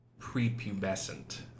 prepubescent